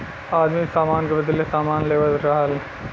आदमी सामान के बदले सामान लेवत रहल